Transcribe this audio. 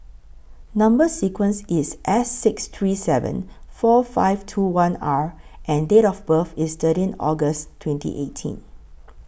Number sequence IS S six three seven four five two one R and Date of birth IS thirteen August twenty eighteen